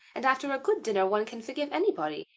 and after a good dinner one can forgive anybody,